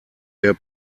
der